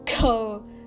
go